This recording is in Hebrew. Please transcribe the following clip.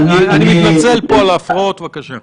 אני מתנצל פה על הפרעות, בבקשה.